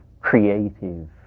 creative